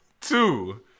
Two